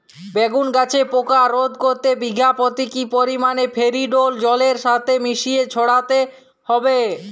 বেগুন গাছে পোকা রোধ করতে বিঘা পতি কি পরিমাণে ফেরিডোল জলের সাথে মিশিয়ে ছড়াতে হবে?